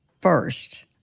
first